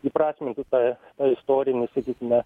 įprasmintų tą istorinį sakykime